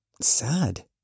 sad